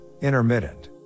intermittent